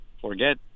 forget